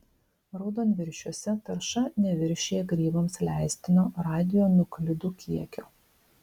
raudonviršiuose tarša neviršija grybams leistino radionuklidų kiekio